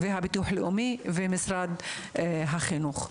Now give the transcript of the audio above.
הביטוח הלאומי ומשרד החינוך.